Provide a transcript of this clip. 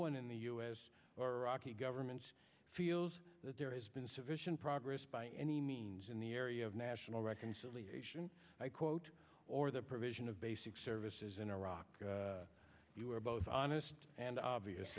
one in the u s or iraqi governments feels that there has been sufficient progress by any means in the area of national reconciliation i quote or the provision of basic services in iraq you were both honest and obvious